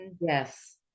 yes